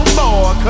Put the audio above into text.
more